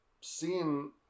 seeing